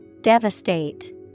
Devastate